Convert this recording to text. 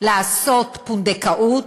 לעשות פונדקאות,